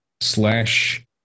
slash